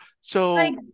so-